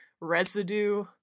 residue